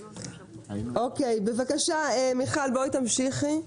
בבקשה, מיכל, תמשיכי.